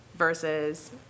versus